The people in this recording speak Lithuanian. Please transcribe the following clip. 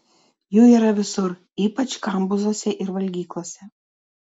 jų yra visur ypač kambuzuose ir valgyklose